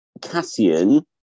Cassian